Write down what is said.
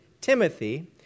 Timothy